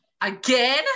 again